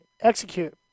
execute